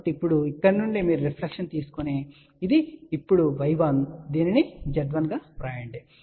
కాబట్టి ఇప్పుడు ఇక్కడ నుండి మీరు రిఫ్లెక్షన్ తీసుకోండి కాబట్టి ఇది ఇప్పుడు y1 మీరు దీనిని z1 గా వ్రాయండి